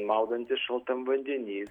maudantis šaltam vandeny